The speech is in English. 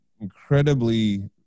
incredibly